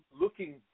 looking